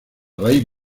raíz